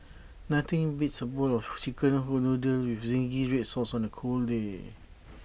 nothing beats A bowl of Chicken Noodles with Zingy Red Sauce on A cold day